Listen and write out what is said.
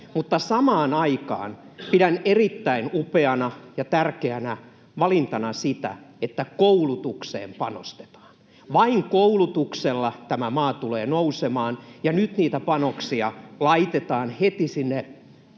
toimia. Samaan aikaan pidän erittäin upeana ja tärkeänä valintana sitä, että koulutukseen panostetaan. Vain koulutuksella tämä maa tulee nousemaan, ja nyt niitä panoksia laitetaan heti sinne